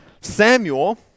Samuel